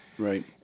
Right